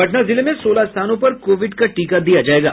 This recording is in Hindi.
पटना जिले में सोलह स्थानों पर कोविड का टीका दिया जायेगा